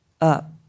up